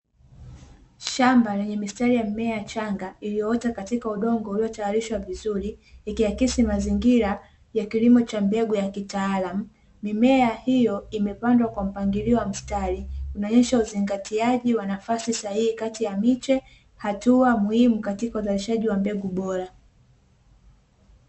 Shamba lenye mistari ya mmea changa iliyoota katika udongo uliotayarishwa vizuri ikiakisi mazingira ya kilimo cha mbegu ya kitaalam. mimea hiyo imepandwa kwa mpangilio wa mstari unaonyesha uzingatiaji wa nafasi sahihi kati ya miche, hatua muhimu katika uzalishaji wa mbegu bora.